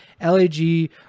LAG